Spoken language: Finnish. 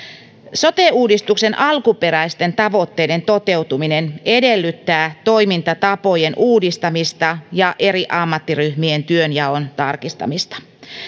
sote uudistuksen alkuperäisten tavoitteiden toteutuminen edellyttää toimintatapojen uudistamista ja eri ammattiryhmien työnjaon tarkistamista